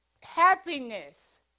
Happiness